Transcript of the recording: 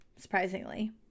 surprisingly